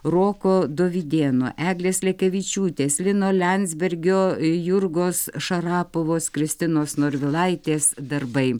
roko dovydėno eglės lekevičiūtės lino liandsbergio jurgos šarapovos kristinos norvilaitės darbai